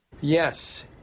Yes